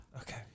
Okay